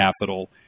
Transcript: capital